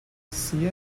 see